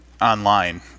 online